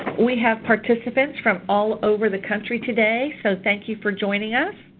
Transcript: we have participants from all over the country today so thank you for joining us.